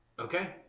Okay